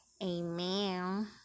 amen